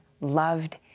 loved